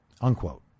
unquote